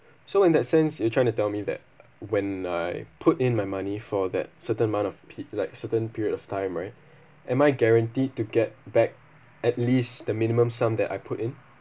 so in that sense you trying to tell me that when I put in my money for that certain amount of pe~ like certain period of time right am I guarantee to get back at least the minimum sum that I put in